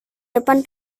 depan